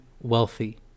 wealthy